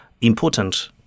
important